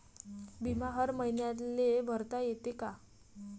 बिमा हर मईन्याले भरता येते का?